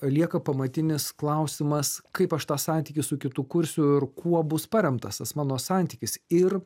lieka pamatinis klausimas kaip aš tą santykį su kitu kursiu ir kuo bus paremtas tas mano santykis ir